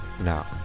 now